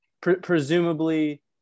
presumably